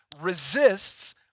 resists